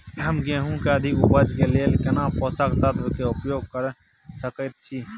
हम गेहूं के अधिक उपज के लेल केना पोषक तत्व के उपयोग करय सकेत छी?